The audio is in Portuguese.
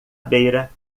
beira